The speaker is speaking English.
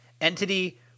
entity